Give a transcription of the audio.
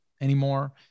anymore